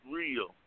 real